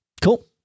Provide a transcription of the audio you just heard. cool